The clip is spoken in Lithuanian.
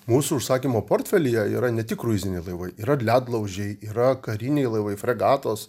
mūsų užsakymo portfelyje yra ne tik kruiziniai laivai yra ledlaužiai yra kariniai laivai fregatos